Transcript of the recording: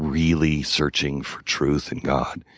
really searching for truth in god.